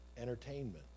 Entertainment